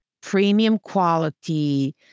premium-quality